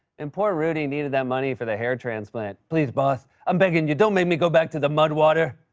and poor rudy needed that money for the hair transplant. please, boss, i'm begging you, don't make me go back to the mud water.